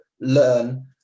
learn